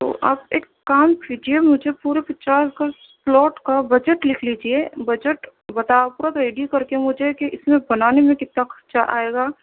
تو آپ ایک کام کیجیے مجھے پورے پچاس گز پلاٹ کا بجٹ لکھ لیجیے بجٹ بتا کر ریڈی کر کے مجھے کہ اِس میں بنانے میں کتنا خرچہ آئے گا